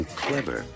clever